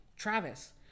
Travis